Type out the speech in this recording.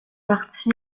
parti